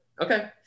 Okay